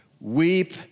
weep